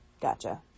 Gotcha